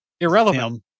irrelevant